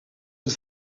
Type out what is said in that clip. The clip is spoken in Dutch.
het